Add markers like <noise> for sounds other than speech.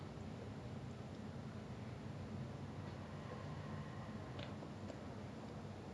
ya then ஆமா:aamaa like !wah! well I think you got motion sickness lah then I was like cannot be lah I so strong cannot be <laughs>